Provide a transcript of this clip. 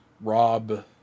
Rob